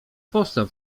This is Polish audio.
powstał